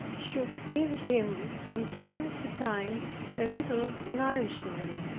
should give him from time to time a little nourishment.